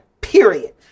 period